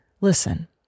Listen